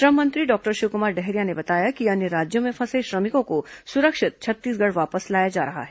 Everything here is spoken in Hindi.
श्रम मंत्री डॉक्टर शिवकुमार डहरिया ने बताया कि अन्य राज्यों में फंसे श्रमिकों को सुरक्षित छत्तीसगढ़ वापस लाया जा रहा है